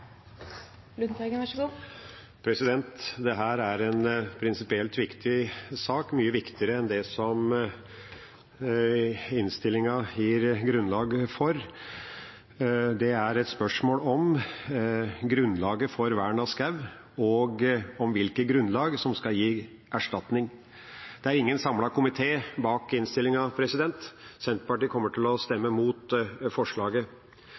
en prinsipielt viktig sak, mye viktigere enn det som innstillinga gir grunnlag for. Det er et spørsmål om grunnlaget for vern av skog og om hvilke grunnlag som skal gi erstatning. Det er ingen samlet komité bak innstillinga. Senterpartiet kommer til å stemme mot forslaget.